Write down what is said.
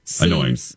Annoying